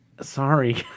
sorry